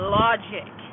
logic